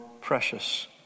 precious